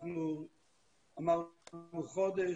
אנחנו אמרנו חודש,